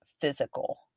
physical